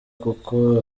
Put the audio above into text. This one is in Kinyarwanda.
kuko